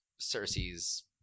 Cersei's